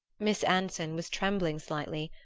miss anson was trembling slightly.